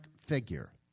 figure